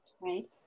right